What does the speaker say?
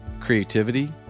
Creativity